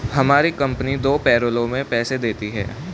हमारी कंपनी दो पैरोल में पैसे देती है